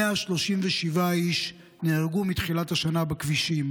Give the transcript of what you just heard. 137 איש נהרגו מתחילת השנה בכבישים,